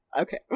Okay